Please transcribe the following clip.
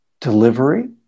delivery